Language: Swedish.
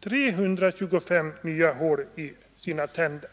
325 nya hål i sina tänder.